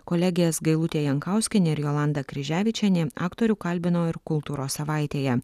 kolegės gailutė jankauskienė ir jolanta kryževičienė aktorių kalbino ir kultūros savaitėje